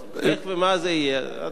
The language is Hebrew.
איך ומה זה יהיה, אנחנו נטפל בזה.